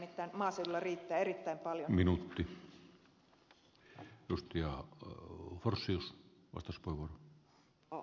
potentiaalia nimittäin maaseudulla riittää erittäin paljon